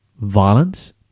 violence